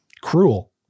Cruel